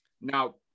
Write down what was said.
now